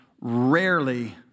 rarely